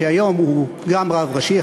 שהיום הוא גם רב ראשי,